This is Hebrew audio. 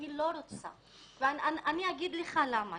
היא לא רוצה ואני גם אומר לך למה